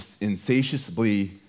insatiably